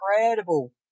incredible